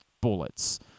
bullets